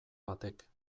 batek